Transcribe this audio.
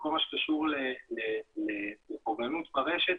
בכל מה שקשור לפוגענות ברשת,